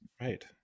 Right